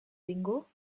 bingo